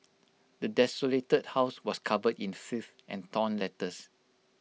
the desolated house was covered in filth and torn letters